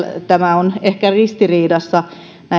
tämä on ehkä ristiriidassa